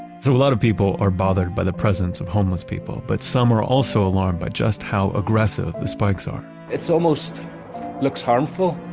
so a lot of people are bothered by the presence of homeless people, but some are also alarmed by just how aggressive the spikes are it almost looks harmful.